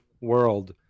world